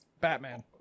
Batman